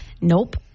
Nope